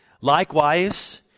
Likewise